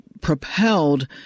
propelled